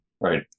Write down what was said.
right